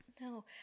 no